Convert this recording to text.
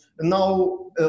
now